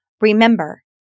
Remember